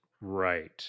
Right